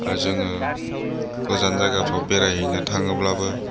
आरो जोङो गोजान जायगाफोराव बेरायहैनो थाङोब्लाबो